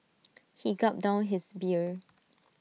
he gulped down his beer